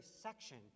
section